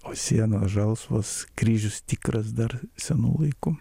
o sienos žalsvos kryžius tikras dar senų laikų